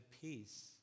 peace